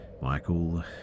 Michael